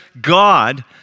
God